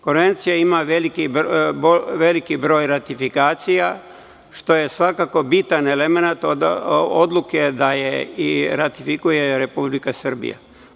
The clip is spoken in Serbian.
Konvencija ima veliki broj ratifikacija, što je svakako bitan elemenat odluke da je i ratifikuje Republika Srbija.